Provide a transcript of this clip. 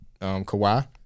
Kawhi